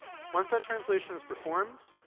once that translation is performed,